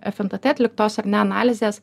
fntt atliktos ar ne analizės